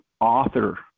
author